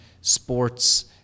sports